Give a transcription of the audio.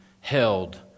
held